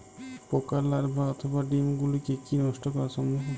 পোকার লার্ভা অথবা ডিম গুলিকে কী নষ্ট করা সম্ভব?